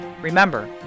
Remember